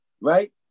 right